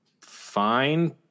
fine